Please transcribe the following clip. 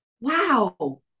wow